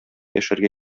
яшәргә